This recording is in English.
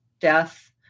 death